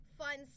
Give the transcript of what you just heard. fun